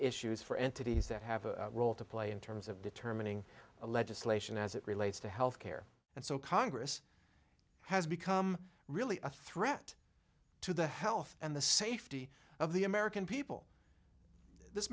issues for entities that have a role to play in terms of determining legislation as it relates to health care and so congress has become really a threat to the health and the safety of the american people this